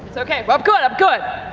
okay, but i'm good, i'm good!